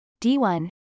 D1